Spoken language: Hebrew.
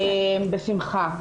בשמחה.